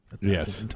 Yes